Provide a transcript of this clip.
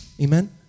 Amen